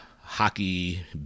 hockey